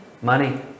Money